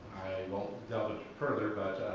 won't delve ah further but